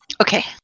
Okay